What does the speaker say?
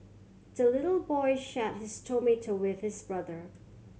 the little boy shared his tomato with his brother